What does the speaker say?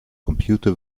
computer